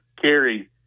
carry